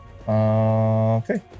Okay